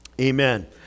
Amen